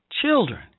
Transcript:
Children